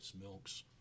milks